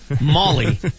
Molly